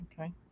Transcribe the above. Okay